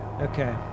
Okay